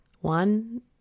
One